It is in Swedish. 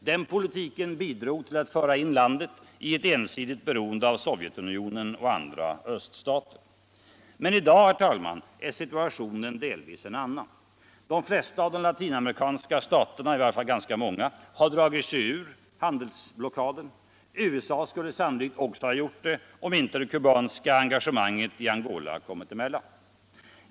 Den politiken bidrog till att föra in landet i ett ensidigt beroende av Sovjetunionen och andra öststater. I dag är situationen delvis en annan. De flesta av de latinamerikanska staterna — i varje fall ganska många — har dragit sig ur handelsblockaden. USA skulle sannolikt också ha gjort det om inte det kubanska engagemanget i Angola hade kommit emellan.